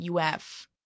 UF